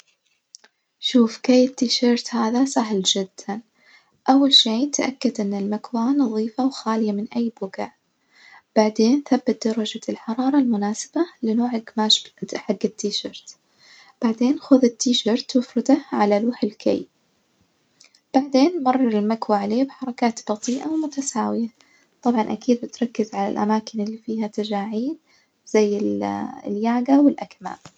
شوف كي التيشرت هذا سهل جداً، أول شئ تأكد إن المكواة نظيفة وخالية من أي بجع، بعدين ثبت درجة الحرارة المناسبة لنوع الجماش حج التيشرت، بعدين خد التيشرت وافرده على لوح الكي، بعدين مرر المكواة عليه بحركات بطيئة ومتساوية، طبعاً أكيد بتركز على الأماكن الفيها تجاعيد زي ال الياجة والأكمام.